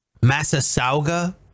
Massasauga